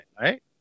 right